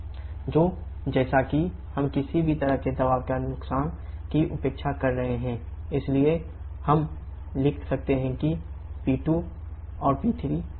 और जैसा कि हम किसी भी तरह के दबाव के नुकसान की उपेक्षा कर रहे हैं इसलिए हम लिख सकते हैं कि P2 और p3 बराबर हैं